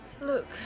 Look